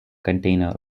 container